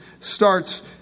starts